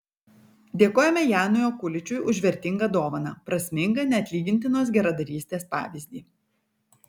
dėkojame janui okuličiui už vertingą dovaną prasmingą neatlygintinos geradarystės pavyzdį